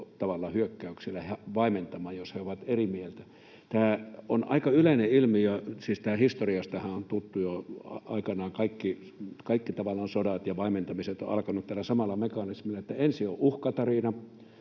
joukkohyökkäyksillä vaimentamaan, jos he ovat eri mieltä. Tämä on aika yleinen ilmiö, ja siis tämähän on tuttu historiasta: jo aikoinaan kaikki sodat ja vaimentamiset ovat alkaneet tällä samalla mekanismilla, että ensin on uhkatarina,